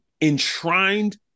enshrined